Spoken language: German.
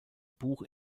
buch